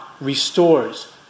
restores